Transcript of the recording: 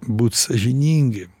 būt sąžiningi